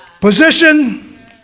Position